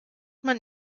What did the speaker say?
man